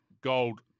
gold